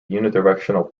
unidirectional